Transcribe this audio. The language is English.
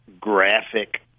graphic